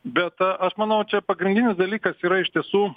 bet aš manau čia pagrindinis dalykas yra iš tiesų